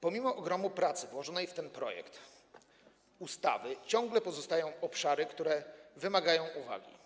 Pomimo ogromu pracy włożonej w ten projekt ustawy ciągle pozostają obszary, które wymagają uwagi.